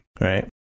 right